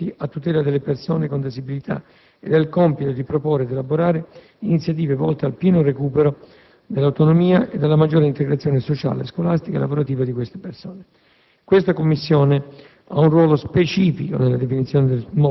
è composta da rappresentanti delle principali associazioni ed enti a tutela delle persone con disabilità ed ha il compito di proporre ed elaborare iniziative volte al pieno recupero dell'autonomia ed alla maggiore integrazione sociale, scolastica e lavorativa di queste persone.